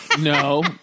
No